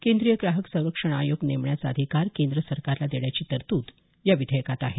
केंद्रीय ग्राहक संरक्षण आयोग नेमण्याचा अधिकार केंद्र सरकारला देण्याची तरतूद या विधेयकात आहे